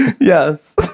Yes